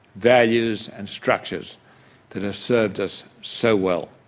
values and structures that have served us so well.